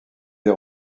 des